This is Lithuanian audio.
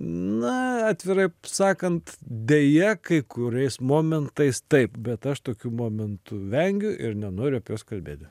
na atvirai sakant deja kai kuriais momentais taip bet aš tokių momentų vengiu ir nenoriu apie juos kalbėti